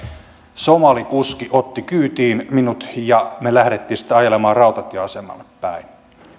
somalikuski otti minut kyytiin ja me lähdimme sitten ajelemaan rautatieasemalle päin